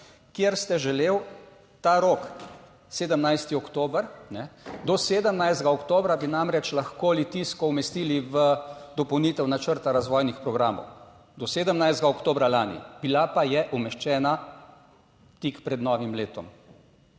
kjer ste želel ta rok, 17. oktober, ne, do 17. oktobra bi namreč lahko Litijsko umestili v dopolnitev načrta razvojnih programov, do 17. oktobra lani, bila pa je umeščena tik pred novim letom,